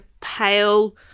pale